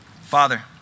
Father